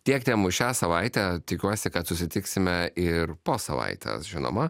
tiek temų šią savaitę tikiuosi kad susitiksime ir po savaitės žinoma